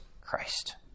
Christ